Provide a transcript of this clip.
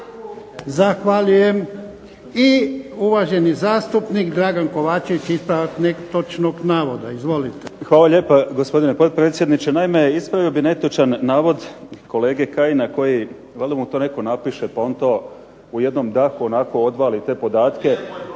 Zahvaljujem. I uvaženi zastupnik Dragan Kovačević ispravak netočnog navoda. Izvolite. **Kovačević, Dragan (HDZ)** Hvala lijepa gospodine potpredsjedniče. Naime ispravio bih netočan navod kolege Kajina koji, valjda mu to netko napiše pa on to u jednom dahu onako odvali te podatke.